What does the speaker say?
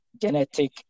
genetic